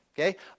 okay